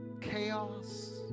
chaos